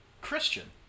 Christian